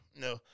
No